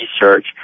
research